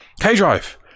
K-Drive